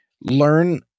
learn